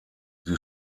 sie